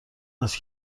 است